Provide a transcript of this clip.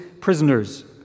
prisoners